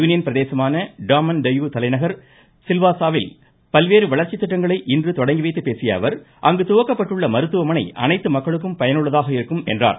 union பிரதேசமான Daman Diu தலைநகர் சில்வாஸாவில் பல்வேறு வளர்ச்சி திட்டங்களை இன்று துவக்கிவைத்துப்பேசியஅவர் அங்கு துவங்கப்பட்டுள்ள மருத்துவமனை அனைத்து மக்களுக்கும் பயனுள்ளதாக இருக்கும் என்றார்